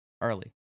early